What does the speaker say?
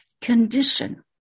condition